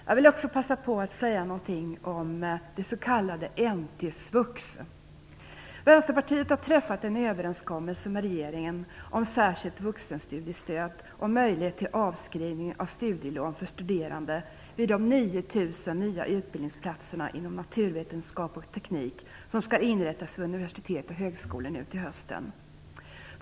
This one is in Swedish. Jag vill också passa på att säga något om det s.k. Vänsterpartiet har träffat en överenskommelse med regeringen om särskilt vuxenstudiestöd och möjlighet till avskrivning av studielån för studerande vid de 9 000 nya utbildningsplaterna inom naturvetenskap och teknik som skall inrättas vid universitet och högskolor nu till hösten.